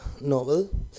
Novel